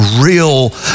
real